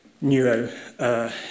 neuro